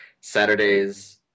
Saturdays